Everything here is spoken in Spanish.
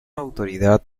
autoridad